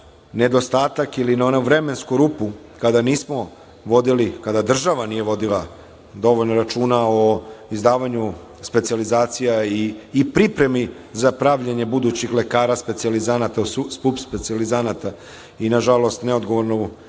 nedostatak ili na onu vremensku rupu kada nismo vodili, kada država nije vodila dovoljno računa o izdavanju specijalizacija i pripremi za pravljenje budućih lekara specijalizanata i, nažalost, ne odgovornu